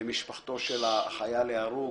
למשפחתו של החייל ההרוג,